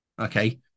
Okay